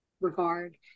regard